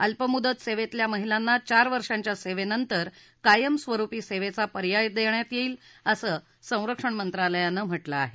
अल्पमुदत सेवेतल्या महिलांना चार वर्षांच्या सेवेनंतर कायमस्वरुपी सेवेचा पर्याय देण्यात येईल असं संरक्षण मंत्रालयानं म्हटलं आहे